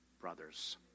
brothers